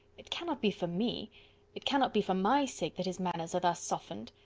it cannot be for me it cannot be for my sake that his manners are thus softened.